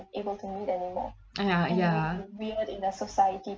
and uh ya